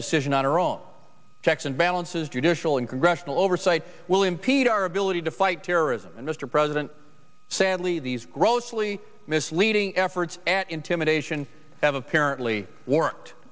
decision on our own checks and balances judicial and congressional oversight will impede our ability to fight terrorism and mr president sadly these grossly misleading efforts at intimidation have apparently w